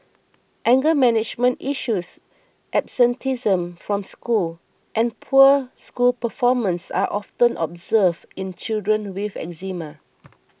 anger management issues absenteeism from school and poor school performance are often observed in children with eczema